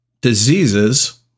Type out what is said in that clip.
diseases